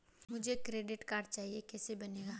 मुझे credit card चाहिए कैसे बनेगा?